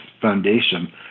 foundation